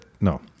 no